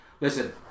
listen